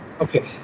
Okay